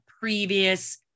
previous